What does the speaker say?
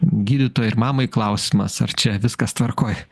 gydytojai ir mamai klausimas ar čia viskas tvarkoj